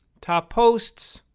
top posts,